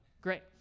great